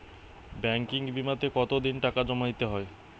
Banking বিমাতে কত দিন টাকা জমা দিতে হয়?